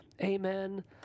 Amen